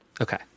okay